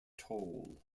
toll